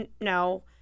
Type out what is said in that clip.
No